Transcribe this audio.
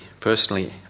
personally